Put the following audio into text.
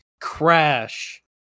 Crash